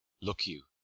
look you,